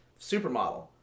supermodel